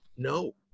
No